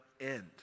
end